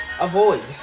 avoid